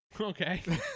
Okay